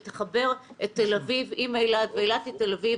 ותחבר את תל אביב עם אילת ואת אילת לתל אביב